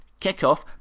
kickoff